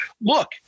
look